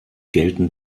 gelten